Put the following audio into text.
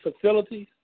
facilities